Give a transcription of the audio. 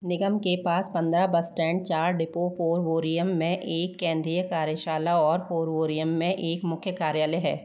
निगम के पास पंद्रह बस स्टैंड चार डिपो पोरवोरिम में एक केंद्रीय कार्यशाला और पोरवोरिम में एक मुख्य कार्यालय है